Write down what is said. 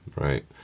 Right